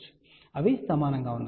కాబట్టి అవి సమానంగా ఉంటాయి